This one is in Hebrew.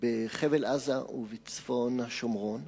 בחבל-עזה ובצפון השומרון,